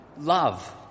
love